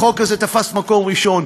החוק הזה תפס מקום ראשון.